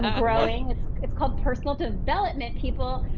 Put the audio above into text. ah growing. it's it's called personal development people.